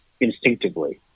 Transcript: instinctively